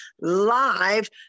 live